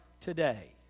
today